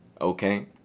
okay